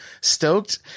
stoked